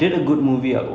okay same